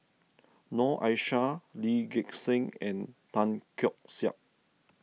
Noor Aishah Lee Gek Seng and Tan Keong Saik